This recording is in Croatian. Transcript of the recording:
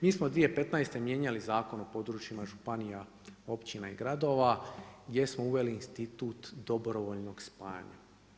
Mi smo 2015. mijenjali zakon o područjima županija, općina i gradova, gdje smo uveli institut dobrovoljnog spajanja.